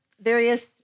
various